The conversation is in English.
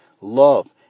love